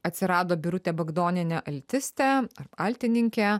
atsirado birutė bagdonienė altistė altininkė